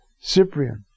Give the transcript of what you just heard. Cyprian